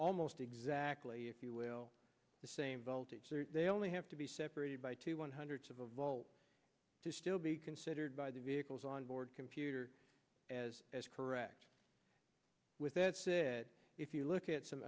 almost exactly if you will the same voltage they only have to be separated by two one hundred seventy to still be considered by the vehicles on board computer as is correct with that said if you look at some